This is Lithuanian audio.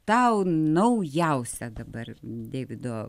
tau naujausia dabar deivido